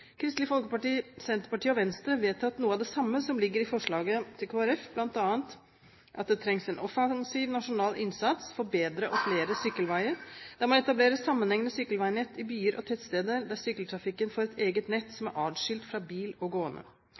samme som ligger i forslaget fra Kristelig Folkeparti, bl.a. at det trengs en offensiv nasjonal innsats for bedre og flere sykkelveier der man etablerer sammenhengende sykkelveinett i byer og tettsteder der sykkeltrafikken får et eget nett som er atskilt fra biler og gående